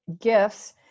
gifts